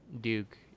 Duke